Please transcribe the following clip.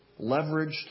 leveraged